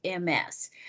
MS